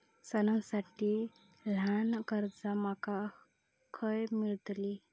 सणांसाठी ल्हान कर्जा माका खय मेळतली?